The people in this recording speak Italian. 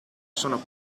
sono